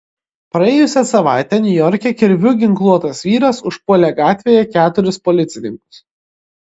praėjusią savaitę niujorke kirviu ginkluotas vyras užpuolė gatvėje keturis policininkus